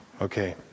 Okay